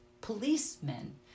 policemen